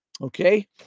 Okay